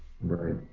Right